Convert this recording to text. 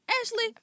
Ashley